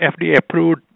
FDA-approved